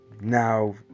now